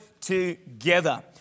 together